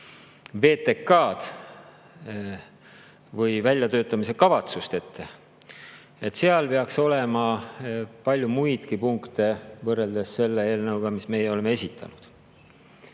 VTK‑d, väljatöötamiskavatsust –, peaks olema palju muidki punkte võrreldes selle eelnõuga, mis meie oleme esitanud.